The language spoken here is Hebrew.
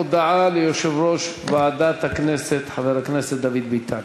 הודעה ליושב-ראש ועדת הכנסת חבר הכנסת דוד ביטן.